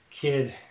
kid